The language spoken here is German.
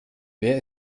wer